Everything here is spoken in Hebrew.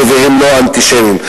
והם לא אנטישמים.